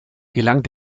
gelang